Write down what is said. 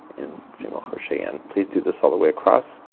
and single crochet in. please do this all the way across.